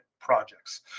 projects